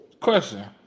question